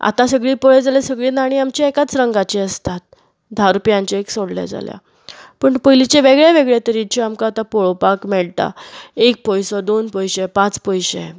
आतां सगळी पळयत जाल्यार सगळी नाणी आमची एकाच रंगाची आसतात धा रुपयांचे एक सोडलें जाल्यार पूण पयलींचे वेगळें वेगळें तरेच्यो आमकां आतां पळोवपाक मेळटा एक पयसो दोन पयशें पांच पयशें